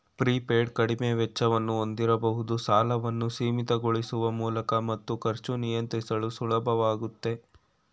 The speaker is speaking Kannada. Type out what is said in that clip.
ಪ್ರೀಪೇಯ್ಡ್ ಕಡಿಮೆ ವೆಚ್ಚವನ್ನು ಹೊಂದಿರಬಹುದು ಸಾಲವನ್ನು ಸೀಮಿತಗೊಳಿಸುವ ಮೂಲಕ ಮತ್ತು ಖರ್ಚು ನಿಯಂತ್ರಿಸಲು ಸುಲಭವಾಗುತ್ತೆ